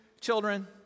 children